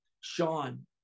Sean